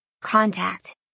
Contact